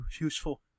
useful